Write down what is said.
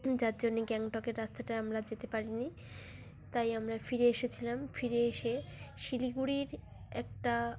যার জন্যে গ্যাংটকের রাস্তাটায় আমরা যেতে পারিনি তাই আমরা ফিরে এসেছিলাম ফিরে এসে শিলিগুড়ির একটা